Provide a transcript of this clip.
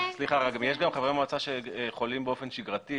יש גם חברי מועצה שחולים באופן שגרתי,